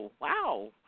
wow